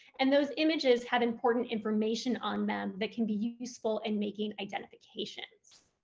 and those images have important information on them that can be useful in making identifications.